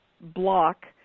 block –